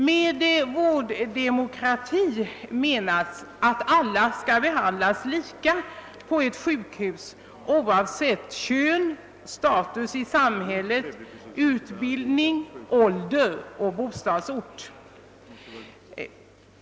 Med vårddemokrati menas, att alla skall behandlas lika på ett sjukhus oavsett kön, status i samhället, utbildning, ålder och bostadsort.